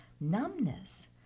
numbness